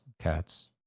cats